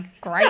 great